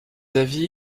avis